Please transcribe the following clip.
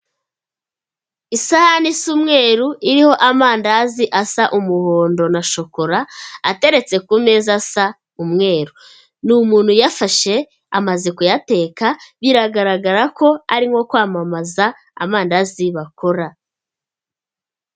Isahani isa umweru iriho amandazi asa umuhondo na shokora, ateretse ku meza asa umweru. Ni umuntu yafashe amaze kuyateka, biragaragara ko ari nko kwamamaza amandazi bakora.